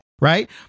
right